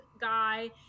guy